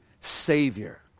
Savior